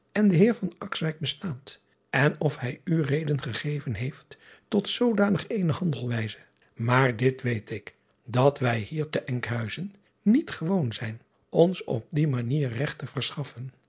en den eer bestaat en of hij u reden gegeven heeft tot zoodanig eene handelwijze maar dit weet ik dat wij hier te nkhuizen niet gewoon zijn ons op die manier regt te verschaffen